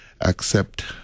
accept